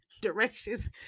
directions